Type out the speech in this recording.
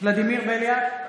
ולדימיר בליאק,